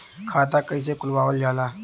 खाता कइसे खुलावल जाला?